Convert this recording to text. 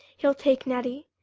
he'll take nettie.